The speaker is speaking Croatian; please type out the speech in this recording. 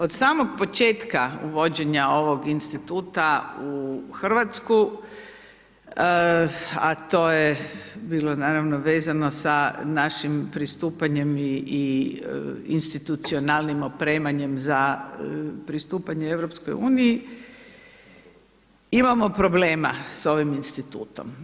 Od samog početka uvođenja ovog instituta u RH, a to je bilo naravno vezano sa našim pristupanjem i institucionalnim opremanjem za pristupanje EU, imamo problema s ovim institutom.